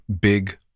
big